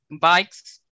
bikes